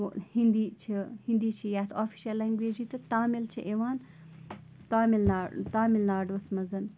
وۄنۍ ہِندی چھِ ہِندی چھِ یَتھ آفِشل لینٛگویجی تہٕ تامِل چھِ یِوان تامِل نا تامِل ناڈُوَس منٛز